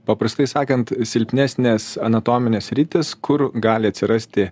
paprastai sakant silpnesnės anatominės sritys kur gali atsirasti